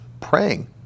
praying